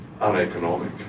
uneconomic